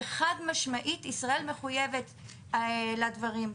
וחד משמעית, ישראל מחויבת לדברים.